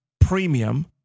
premium